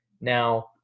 Now